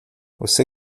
você